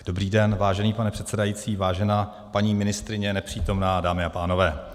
Dobrý den, vážený pane předsedající, vážená paní ministryně, nepřítomná, dámy a pánové.